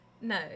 No